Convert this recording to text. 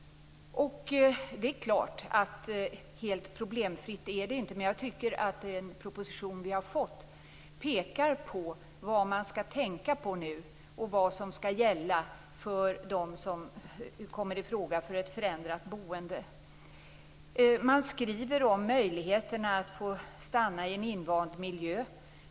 Det är klart att detta inte är helt problemfritt. Men jag tycker att den proposition som har lagts fram pekar på vad man skall tänka på och vad som skall gälla för dem som kommer ifråga för ett förändrat boende. Man skriver om möjligheterna att få stanna i en invand miljö.